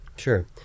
Sure